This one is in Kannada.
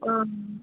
ಆ